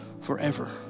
forever